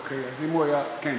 אוקיי, אז אם הוא היה, כן.